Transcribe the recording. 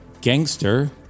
Gangster